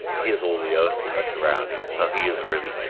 here's all the earth packed around him so he is really,